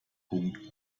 punkt